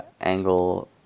Angle